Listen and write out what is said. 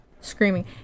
screaming